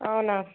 అవునా